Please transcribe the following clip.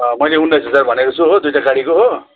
मैले उन्नाइस हजार भनेको छु हो दुइवटा गाडीको हो